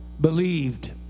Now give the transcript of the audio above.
believed